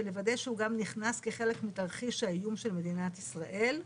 ולוודא שהוא גם נכנס כחלק מתרחיש האיום של מדינת ישראל.